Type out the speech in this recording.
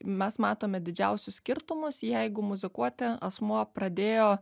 mes matome didžiausius skirtumus jeigu muzikuoti asmuo pradėjo